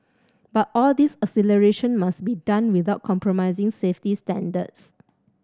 but all this acceleration must be done without compromising safety standards